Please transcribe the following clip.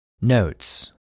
Notes